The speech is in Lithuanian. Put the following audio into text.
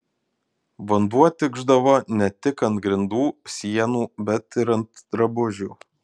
vanduo tikšdavo ne tik ant grindų sienų bet ir ant drabužių